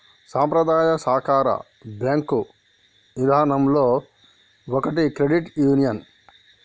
సంప్రదాయ సాకార బేంకు ఇదానంలో ఒకటి క్రెడిట్ యూనియన్